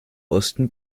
osten